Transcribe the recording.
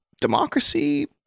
democracy